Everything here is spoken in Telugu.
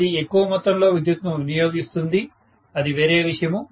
అది ఎక్కువ మొత్తంలో విద్యుత్తును వినియోగిస్తుంది అది వేరే విషయము